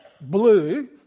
blue